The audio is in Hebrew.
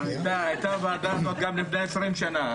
הייתה את הוועדה הזאת גם לפני 20 שנה,